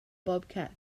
bobcat